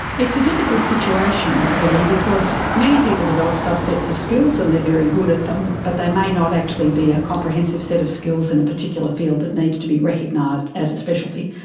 it's a difficult situation, william, because many people develop subsets of skills and they're very good at them, but they may not be a comprehensive set of skills in a particular field that needs to be recognised as a speciality,